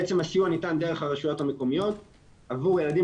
בעצם הסיוע ניתן דרך הרשויות המקומיות עבור הילדים